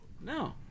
No